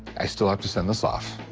i still have to send this off.